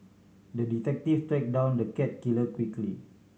the detective tracked down the cat killer quickly